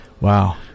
wow